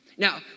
Now